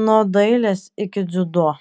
nuo dailės iki dziudo